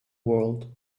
world